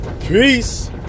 Peace